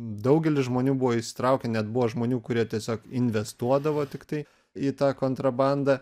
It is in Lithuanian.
daugelis žmonių buvo įsitraukę net buvo žmonių kurie tiesiog investuodavo tiktai į tą kontrabandą